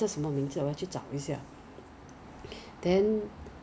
开放给 Singapore as in Singapore 过去 but 政府不要让我们去 eh